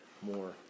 more